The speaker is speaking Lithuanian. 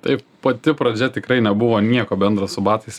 tai pati pradžia tikrai nebuvo nieko bendro su batais